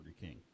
King